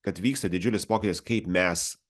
kad vyksta didžiulis pokytis kaip mes